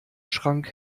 schrank